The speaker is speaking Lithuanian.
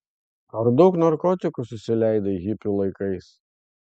ar daug narkotikų susileidai hipių laikais